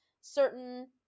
certain